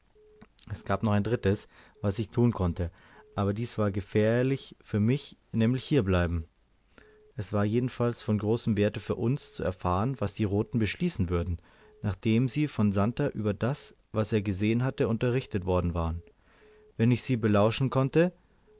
es gab noch ein drittes was ich tun konnte aber dies war gefährlich für mich nämlich hier bleiben es war jedenfalls von großem werte für uns zu erfahren was die roten beschließen würden nachdem sie von santer über das was er gesehen hatte unterrichtet worden waren wenn ich sie belauschen konnte